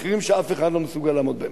מחירים שאף אחד לא מסוגל לעמוד בהם.